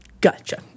Gotcha